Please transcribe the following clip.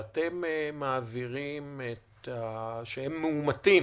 שהם מאומתים